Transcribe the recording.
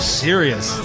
serious